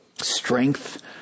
strength